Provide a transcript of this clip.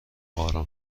آرام